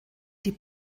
die